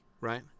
right